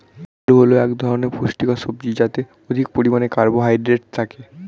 আলু হল এক ধরনের পুষ্টিকর সবজি যাতে অধিক পরিমাণে কার্বোহাইড্রেট থাকে